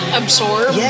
absorb